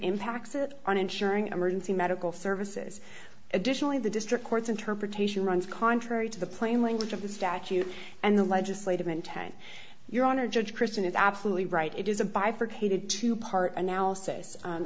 impacts it on ensuring emergency medical services additionally the district court's interpretation runs contrary to the plain language of the statute and the legislative intent your honor judge christian is absolutely right it is a bifurcated two part analysis